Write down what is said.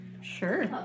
Sure